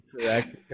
correct